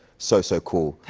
so, so cool,